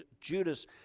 Judas